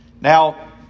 Now